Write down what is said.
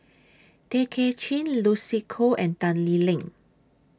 Tay Kay Chin Lucy Koh and Tan Lee Leng